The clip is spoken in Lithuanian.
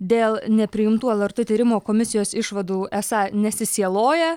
dėl nepriimtų lrt tyrimo komisijos išvadų esą nesisieloja